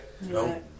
No